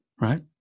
right